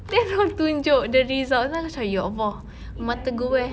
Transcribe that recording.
then dia orang tunjuk the results then aku macam ya allah mata go where